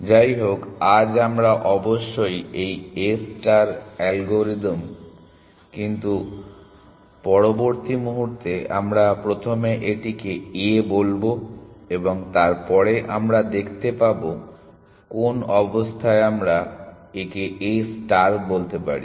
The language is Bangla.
যাই হোক আজ আমরা অবশ্যই আগ্রহী এই A ষ্টার অ্যালগরিদম কিন্তু পরবর্তী মুহুর্তে আমরা প্রথমে এটিকে A বলব এবং তারপরে আমরা দেখতে পাব কোন অবস্থায় আমরা একে A ষ্টার বলতে পারি